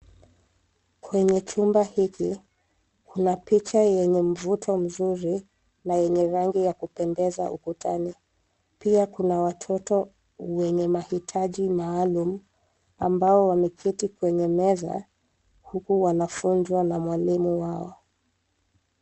Kwenye chumba hiki, kuna picha yenye mvuto mzuri na yenye rangi ya kupendeza ukutani. Pia kuna watoto wenye mahitaji maalum ambao wameketi kwenye meza huku wanafunzwa na mwalimu wao.